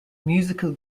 musical